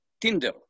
Tinder